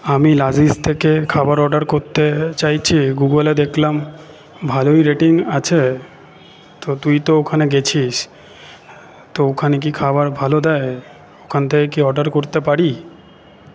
আমি লাজিজ থেকে খাবার অর্ডার করতে চাইছি গুগলে দেখলাম ভালোই রেটিং আছে তো তুই তো ওখানে গেছিস তো ওখানে কি খাবার ভালো দেয় ওখান থেকে কি অর্ডার করতে পারি